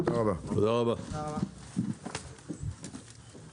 הישיבה ננעלה בשעה 11:11.